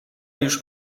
już